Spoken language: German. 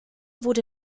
wurde